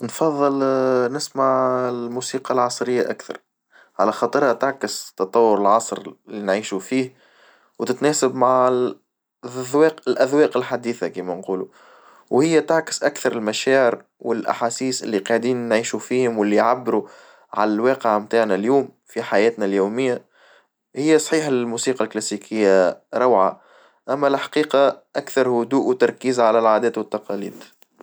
نفظل نسمع الموسيقى العصرية أكثر، على خاطرها تعكس تطور العصر اللي نعيشو فيه، وتتناسب مع الأذواق الأذواق الحديثة كيما نقولو، وهي تعكس أكثر المشاعر والأحاسيس اللي قاعدين نعيشو فيهم واللي يعبرو على الواقع متاعنا اليوم في حياتنا اليومية، هي صحيح للموسيقى الكلاسيكية روعة، أما الحقيقة أكثر هدوء وتركيزعلى العادات والتقاليد.